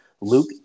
Luke